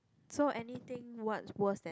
so anything what's worse than